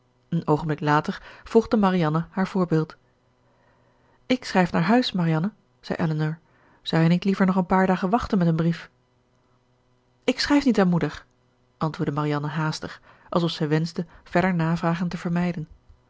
een oogenblik later volgde marianne haar voorbeeld ik schrijf naar huis marianne zei elinor zou jij niet liever nog een paar dagen wachten met een brief ik schrijf niet aan moeder antwoordde marianne haastig alsof zij wenschte verder navragen te vermijden